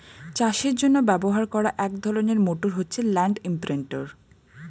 চাষের জন্য ব্যবহার করা এক ধরনের মোটর হচ্ছে ল্যান্ড ইমপ্রিন্টের